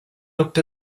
looked